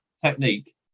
technique